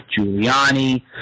Giuliani